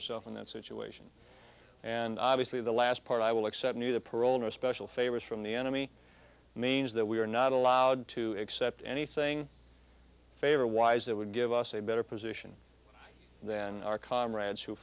yourself in that situation and i basically the last part i will accept new the parole no special favors from the enemy means that we are not allowed to accept anything favor wise that would give us a better position than our comrades who